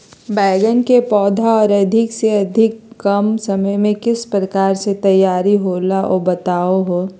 बैगन के पौधा को अधिक से अधिक कम समय में किस प्रकार से तैयारियां होला औ बताबो है?